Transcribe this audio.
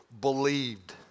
believed